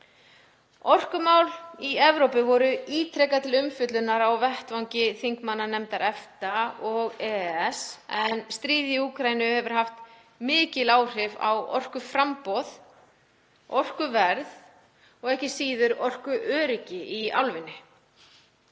Orkumál í Evrópu voru ítrekað til umfjöllunar á vettvangi þingmannanefndar EFTA og EES en stríðið í Úkraínu hefur haft mikil áhrif á orkuframboð, orkuverð og ekki síður orkuöryggi í álfunni.